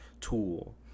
tool